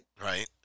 Right